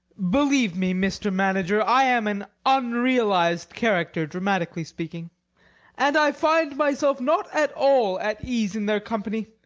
believe me, mr. manager, i am an unrealized character, dramatically speaking and i find myself not at all at ease in their company.